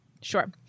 Sure